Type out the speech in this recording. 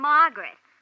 Margaret